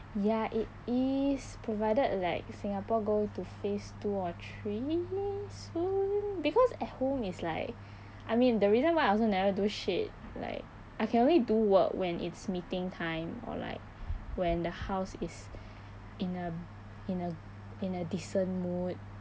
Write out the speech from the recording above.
ya it is provided like singapore go into phase two or three soon because at home is like I mean the reason why I also never do shit like I can only do work when it's meeting time or like when the house is in a in a in a decent mood